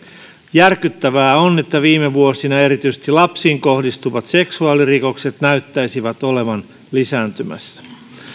järkyttävää on että viime vuosina erityisesti lapsiin kohdistuvat seksuaalirikokset näyttäisivät olleen lisääntymässä